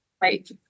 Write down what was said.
Right